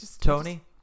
Tony